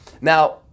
now